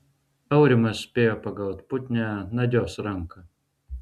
aurimas spėjo pagaut putnią nadios ranką